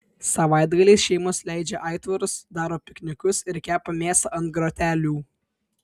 savaitgaliais šeimos leidžia aitvarus daro piknikus ir kepa mėsą ant grotelių